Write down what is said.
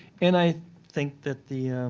and i think that the